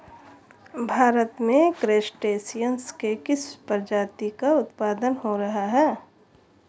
भारत में क्रस्टेशियंस के किस प्रजाति का उत्पादन हो रहा है?